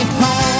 home